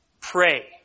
pray